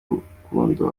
rukundo